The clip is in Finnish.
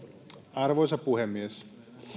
arvoisa puhemies